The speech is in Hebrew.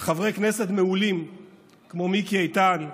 על חברי כנסת מעולים כמו מיקי איתן,